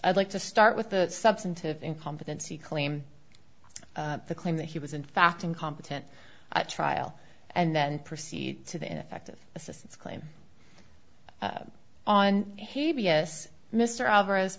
i'd like to start with the substantive incompetency claim the claim that he was in fact incompetent at trial and then proceed to the ineffective assistance claim on his b s mr alvarez